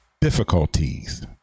difficulties